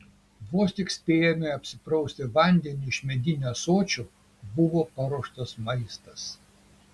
vos tik spėjome apsiprausti vandeniu iš medinių ąsočių buvo paruoštas maistas